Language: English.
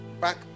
back